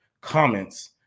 comments